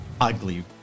Ugly